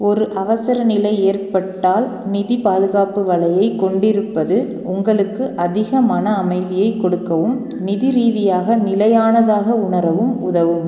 ஒரு அவசரநிலை ஏற்பட்டால் நிதி பாதுகாப்பு வலையை கொண்டிருப்பது உங்களுக்கு அதிக மன அமைதியைக் கொடுக்கவும் நிதி ரீதியாக நிலையானதாக உணரவும் உதவும்